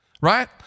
right